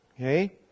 Okay